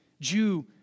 Jew